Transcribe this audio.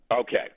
Okay